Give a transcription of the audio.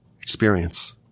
experience